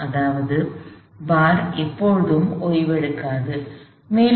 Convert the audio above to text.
அதாவது பார் ஒருபோதும் ஓய்வெடுக்காது